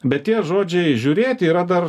bet tie žodžiai žiūrėti yra dar